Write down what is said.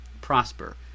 prosper